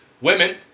women